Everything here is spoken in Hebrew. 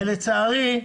ולצערי,